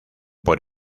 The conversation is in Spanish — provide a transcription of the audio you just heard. por